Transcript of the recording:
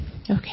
okay